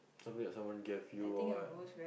something that someone gave you or what